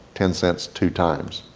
ten cents two times.